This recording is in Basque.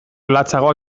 latzagoak